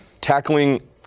Tackling